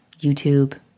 YouTube